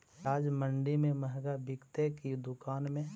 प्याज मंडि में मँहगा बिकते कि दुकान में?